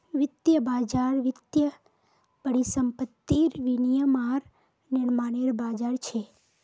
वित्तीय बज़ार वित्तीय परिसंपत्तिर विनियम आर निर्माणनेर बज़ार छ